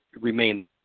remain